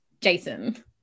Jason